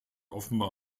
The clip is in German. offenbar